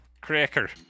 Cracker